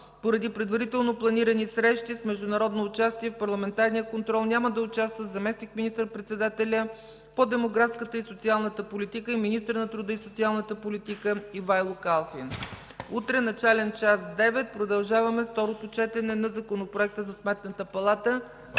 Поради предварително планирани срещи с международно участие, в парламентарния контрол няма да участва заместник министър-председателят по демографската и социалната политика и министър на труда и социалната политика Ивайло Калфин. Утре начален час – 9,00 ч. Продължаваме с второто четене на Законопроекта за Сметната палата.